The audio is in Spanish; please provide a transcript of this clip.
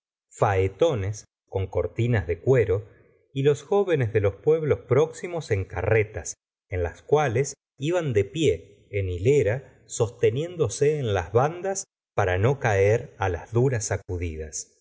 capota faetones con cortinas de cuero y los jóvenes de los pueblos próximos en carretas en las cuales iban de pie en hilera sosteniéndose en las bandas para no caer á las duras sacudidas